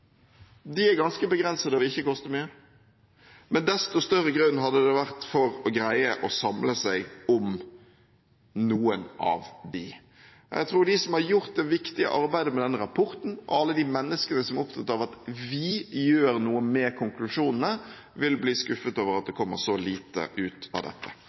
er ganske begrensede og vil ikke koste mye. Men desto større grunn hadde det vært for å greie å samle seg om noen av dem. Jeg tror de som har gjort det viktige arbeidet med denne rapporten, alle de menneskene som er opptatt av at vi gjør noe med konklusjonene, vil bli skuffet over at det kommer så lite ut av dette.